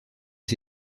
aux